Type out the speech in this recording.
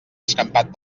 escampat